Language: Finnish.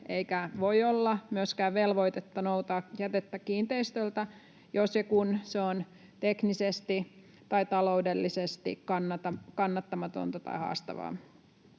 eikä voi olla, myöskään velvoitetta noutaa jätettä kiinteistöltä, jos ja kun se on teknisesti tai taloudellisesti kannattamatonta tai haastavaa.